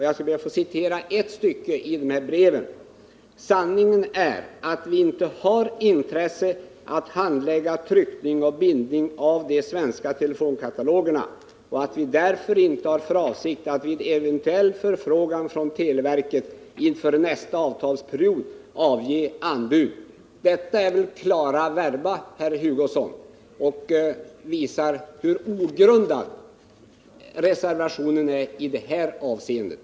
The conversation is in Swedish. Jag vill citera följande stycke ur breven: ”Sanningen är att vi inte har intresse av att handlägga tryckning och bindning av de svenska telefonkatalogerna och att vi därför inte har för avsikt att vid eventuell förfrågan från Televerket inför nästa avtalsperiod avge anbud.” Detta är väl klara verba, herr Hugosson, och visar hur ogrundad reservationen är i det här avseendet.